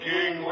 King